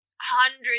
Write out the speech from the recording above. hundreds